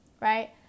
right